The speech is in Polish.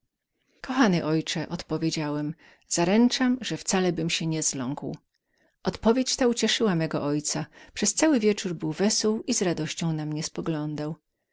kochany ojcze odpowiedziałem zaręczam że wcale bym się nie zląkł odpowiedź ta ucieszyła mego ojca przez cały wieczór był wesół i z radością na mnie poglądał